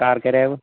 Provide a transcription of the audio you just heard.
کَر کَریٛاوٕ